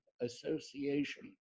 Association